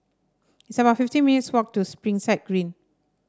it's about fifteen minutes' walk to Springside Green